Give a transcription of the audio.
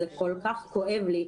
זה כל כך כואב לי.